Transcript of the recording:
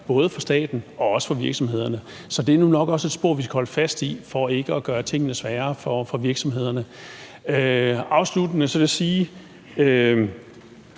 både for staten og for virksomhederne. Så det er nok også et spor, vi skal holde fast i, for ikke at gøre tingene sværere for virksomhederne. Afsluttende vil jeg bare